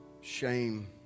shame